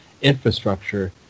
infrastructure